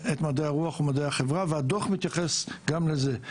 את מדעי הרוח ומדעי החברה והדוח מתייחס גם לזה.